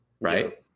Right